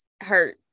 hurt